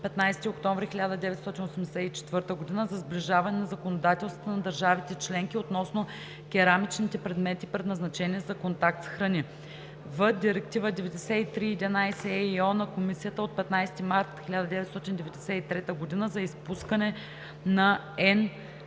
15 октомври 1984 г. за сближаване на законодателствата на държавите членки относно керамичните предмети, предназначени за контакт с храни; в) Директива 93/11/ЕИО на Комисията от 15 март 1993 г. за изпускане на